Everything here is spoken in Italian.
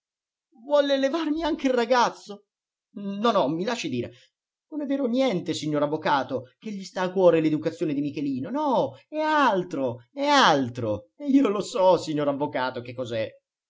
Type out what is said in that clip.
vuol levarmi anche il ragazzo no no mi lasci dire non è vero niente signor avvocato che gli sta a cuore l'educazione di michelino no è altro è altro e io lo so signor avvocato che cos'è